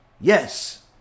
yes